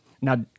Now